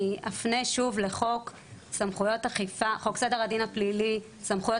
אני אפנה שוב לחוק סדר הדין הפלילי (סמכויות